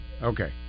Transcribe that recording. Okay